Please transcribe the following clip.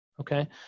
okay